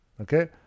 Okay